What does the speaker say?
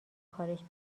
کارش